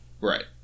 Right